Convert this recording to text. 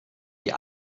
die